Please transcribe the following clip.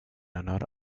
honor